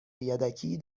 یدکی